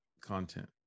content